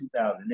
2008